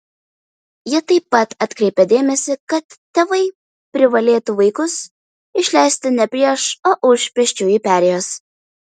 ji taip pat atkreipė dėmesį kad tėvai privalėtų vaikus išleisti ne prieš o už pėsčiųjų perėjos